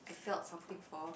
I felt something for